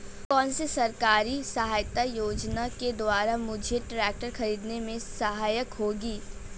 कौनसी सरकारी सहायता योजना के द्वारा मुझे ट्रैक्टर खरीदने में सहायक होगी?